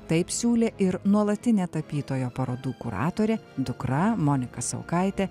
taip siūlė ir nuolatinė tapytojo parodų kuratorė dukra monika saukaitė